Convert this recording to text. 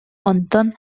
онтон